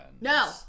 No